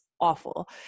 awful